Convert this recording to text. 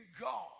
God